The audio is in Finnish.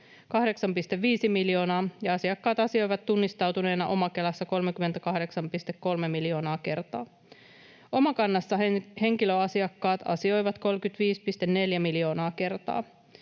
58,5 miljoonaa ja asiakkaat asioivat tunnistautuneina OmaKelassa 38,3 miljoonaa kertaa. OmaKannassa henkilöasiakkaat asioivat 35,4 miljoonaa kertaa.